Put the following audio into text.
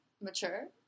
Mature